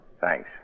Thanks